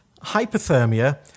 hypothermia